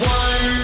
one